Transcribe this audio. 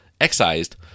excised